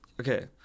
Okay